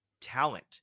talent